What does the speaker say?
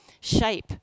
shape